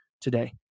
today